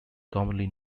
commonly